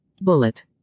bullet